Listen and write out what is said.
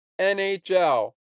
NHL